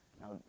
Now